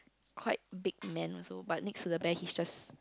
quite big man also but next to the bear he just